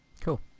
Cool